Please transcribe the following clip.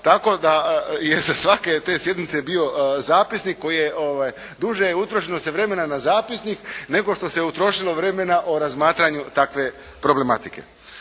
tako da je sa svake te sjednice je bio zapisnik koji je duže se utrošilo vremena na zapisnik nego što se utrošilo vremena o razmatranju takve problematike.